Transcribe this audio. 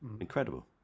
Incredible